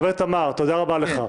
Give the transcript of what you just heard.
חבר הכנסת עמאר, תודה רבה לך.